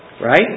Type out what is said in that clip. Right